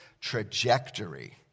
trajectory